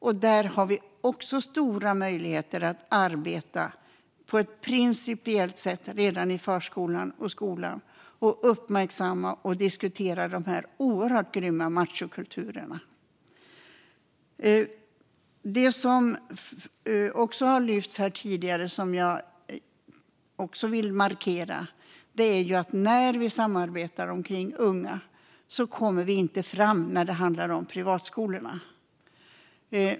Vi har stora möjligheter att arbeta på ett principiellt sätt redan i förskolan och skolan och uppmärksamma och diskutera de oerhört grymma machokulturerna. En annan sak som har lyfts upp tidigare är något som jag också vill markera mot. När vi samarbetar kring unga kommer vi inte fram när det gäller privatskolorna.